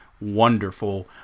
wonderful